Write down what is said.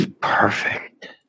perfect